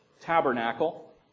tabernacle